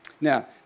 Now